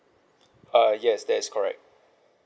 uh yes that is correct